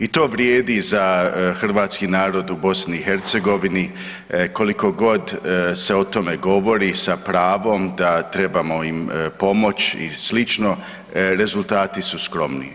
I to vrijedi za hrvatski narod u BiH koliko god se o tome govori sa pravom da trebamo im pomoći i slično rezultati su skromni.